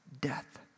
death